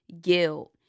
guilt